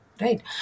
Right